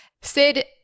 Sid